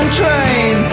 train